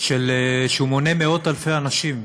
שמונה מאות-אלפי אנשים,